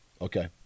Okay